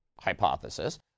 hypothesis